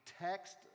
text